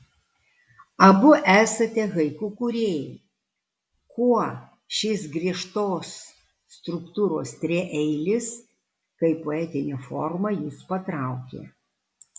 abu esate haiku kūrėjai kuo šis griežtos struktūros trieilis kaip poetinė forma jus patraukė